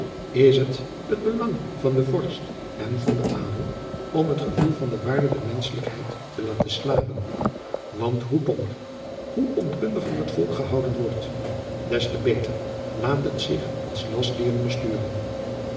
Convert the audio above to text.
is het het belang van den vorst en van den adel om het gevoel van de waarde der menschelijkheid te laten slapen want hoe dommer hoe onkundiger het volk gehouden wordt des te beter laat het zich als lastdieren besturen